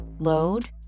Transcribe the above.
load